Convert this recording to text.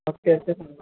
ଆଉ କେତେ ଦିନ